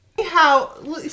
Anyhow